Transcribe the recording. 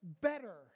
better